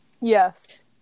Yes